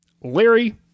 Larry